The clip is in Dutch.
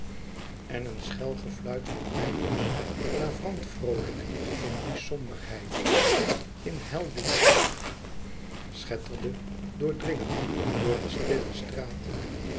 en een schel gefluit van pijpers navrant vroolijk in die somberheid in hel licht schetterde doordringend door de stille straat